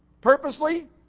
Purposely